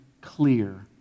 clear